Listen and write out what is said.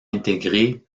intégré